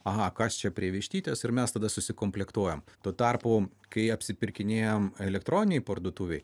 aha kas čia prie vištytės ir mes tada susikomplektuojam tuo tarpu kai apsipirkinėjam elektroninėj parduotuvėj